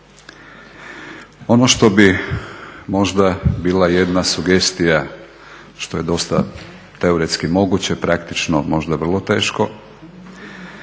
Ono što bih možda bila jedna sugestija što je dosta teoretski moguće praktično možda vrlo teško,